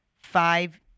five